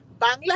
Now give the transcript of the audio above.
Bangla